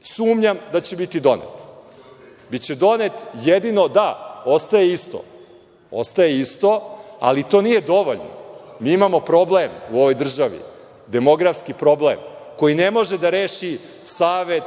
sumnjam da će biti donet. Da, ostaje isto, ostaje isto, ali to nije dovoljno. Mi imamo problem u ovoj državi, demografski problem, koji ne može da reši savet